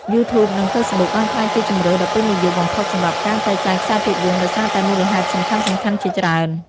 យូធូប និង ហ្វេសប៊ុក បានក្លាយជាជម្រើសដ៏ពេញនិយមបំផុតសម្រាប់ការចែកចាយខ្សែភាពយន្ត ដោយសារតែមូលហេតុសំខាន់ៗជាច្រើន។